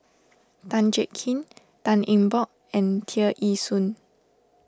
Tan Jiak Kim Tan Eng Bock and Tear Ee Soon